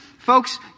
Folks